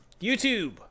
YouTube